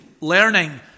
learning